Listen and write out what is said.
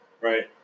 right